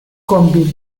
con